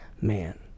man